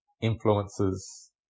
influences